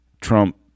Trump